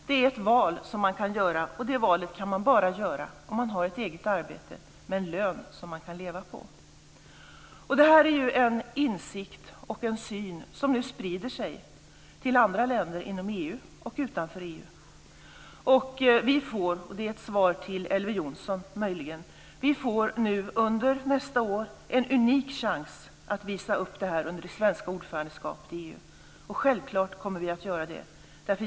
Det är val man kan göra, och det valet kan man bara göra om man har ett eget arbete med en lön som man kan leva på. Det här är en insikt och en syn som nu sprider sig till andra länder inom EU och utanför EU. Vi får nu - och det är möjligen ett svar till Elver Jonsson - under nästa år en unik chans att visa upp detta under det svenska ordförandeskapet i EU. Självklart kommer vi att göra det.